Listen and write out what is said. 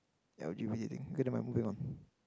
ya L_G_B_T thing O K nevermind moving on